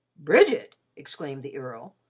bridget! exclaimed the earl.